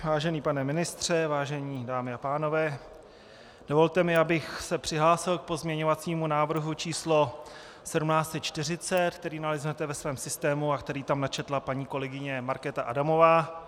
Vážený pane ministře, vážené dámy a pánové, dovolte mi, abych se přihlásil k pozměňovacímu návrhu číslo 1740, který naleznete ve svém systému a který tam načetla paní kolegyně Markéta Adamová.